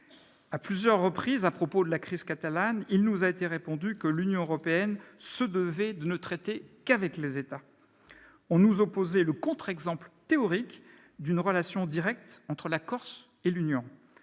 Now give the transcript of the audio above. À plusieurs reprises, à propos de la crise catalane, il nous a été répondu que l'Union européenne se devait de ne traiter qu'avec les États. On nous opposait le contre-exemple théorique d'une relation directe entre la Corse et l'Union